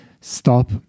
stop